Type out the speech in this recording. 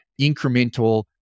incremental